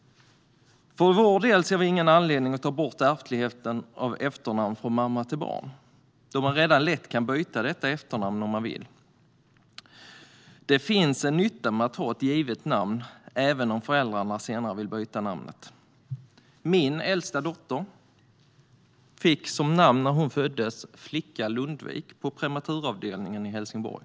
Vi ser ingen anledning att ta bort ärftligheten av efternamn från mamma till barn eftersom man redan lätt kan byta detta efternamn om man vill. Det finns en nytta med att ha ett givet namn även om föräldrarna senare vill byta namnet. När min äldsta dotter föddes fick hon namnet "flicka Lundvik" på prematuravdelningen i Helsingborg.